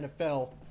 NFL